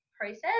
process